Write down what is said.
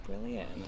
brilliant